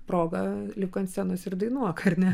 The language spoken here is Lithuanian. progą lipk ant scenos ir dainuok ar ne